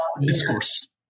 discourse